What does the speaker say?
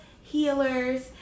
healers